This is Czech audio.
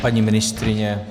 Paní ministryně?